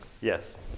Yes